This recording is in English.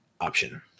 option